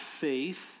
faith